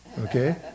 Okay